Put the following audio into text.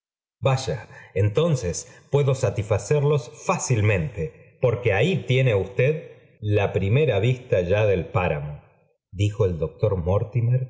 vaya entonces puede satisfacerlos fácilmente porque ahí tiene usted ya la primera vista del páramo dijo el doctor